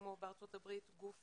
כמו בארצות הברית גוף